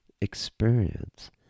experience